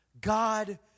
God